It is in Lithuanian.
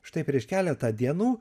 štai prieš keletą dienų